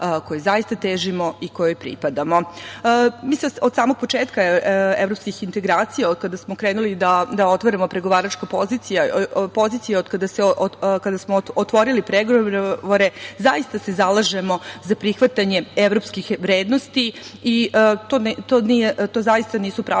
kojoj zaista težimo i kojoj pripadamo. Od samog početka evropskih integracija, od kada smo krenuli da otvaramo pregovaračke pozicije, od kada smo otvorili pregovore, zaista se zalažemo za prihvatanje evropskih vrednosti i to zaista nisu prazne